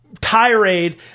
tirade